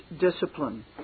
discipline